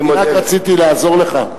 אני רק רציתי לעזור לך.